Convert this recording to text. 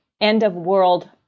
end-of-world